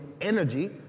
energy